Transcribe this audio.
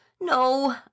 No